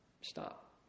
stop